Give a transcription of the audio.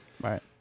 Right